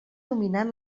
dominant